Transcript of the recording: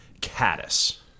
caddis